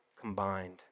combined